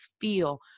feel